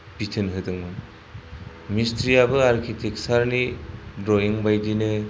बिथोन होदोंमोन मिस्त्रियाबो आर्किटेक्चारनि ड्रयिं बायदिनो